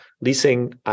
leasing